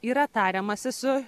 yra tariamasi su